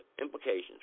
implications